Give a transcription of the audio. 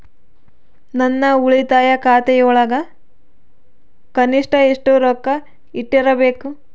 ನನ್ನ ಉಳಿತಾಯ ಖಾತೆಯೊಳಗ ಕನಿಷ್ಟ ಎಷ್ಟು ರೊಕ್ಕ ಇಟ್ಟಿರಬೇಕು?